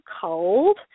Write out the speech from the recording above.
cold